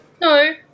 No